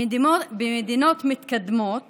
במדינות מתקדמות